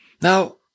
Now